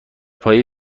پایه